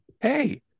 Hey